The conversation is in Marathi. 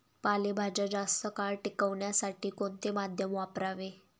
पालेभाज्या जास्त काळ टिकवण्यासाठी कोणते माध्यम वापरावे?